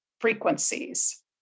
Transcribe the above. frequencies